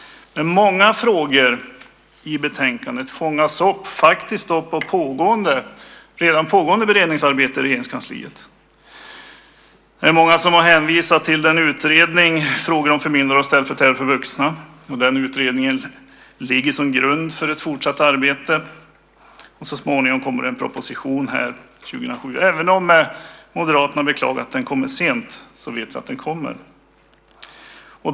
Många frågor fångas upp av redan pågående beredningsarbete i Regeringskansliet. Många har hänvisat till utredningen Frågor om förmyndare och ställföreträdare för vuxna . Den utredningen ligger till grund för ett fortsatt arbete, och så småningom kommer en proposition 2007. Även om Moderaterna beklagar att den kommer sent vet vi att den kommer.